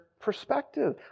perspective